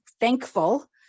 thankful